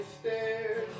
stairs